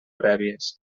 prèvies